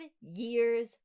years